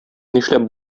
нишләп